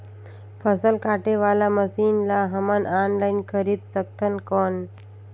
फसल काटे वाला मशीन ला हमन ऑनलाइन खरीद सकथन कौन?